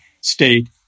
state